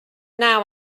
now